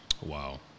Wow